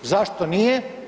Zašto nije?